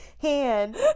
hand